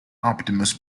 optimus